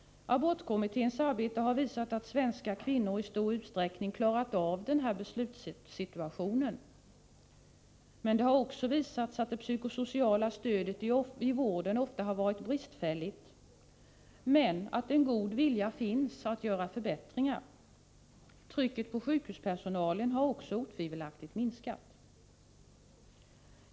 Abortkommitténs arbete har visat att svenska kvinnor i stor utsträckning klarat av den här beslutssituationen. Det har också visat sig att det psykosociala stödet i vården ofta har varit bristfälligt, men att en god vilja finns att göra förbättringar. Trycket på sjukhuspersonalen har också otvivelaktigt minskat.